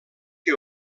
que